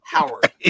Howard